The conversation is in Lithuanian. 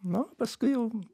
na paskui jau